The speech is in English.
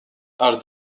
are